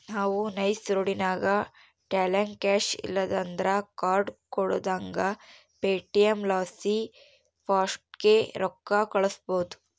ನಾವು ನೈಸ್ ರೋಡಿನಾಗ ಟೋಲ್ನಾಗ ಕ್ಯಾಶ್ ಇಲ್ಲಂದ್ರ ಕಾರ್ಡ್ ಕೊಡುದಂಗ ಪೇಟಿಎಂ ಲಾಸಿ ಫಾಸ್ಟಾಗ್ಗೆ ರೊಕ್ಕ ಕಳ್ಸ್ಬಹುದು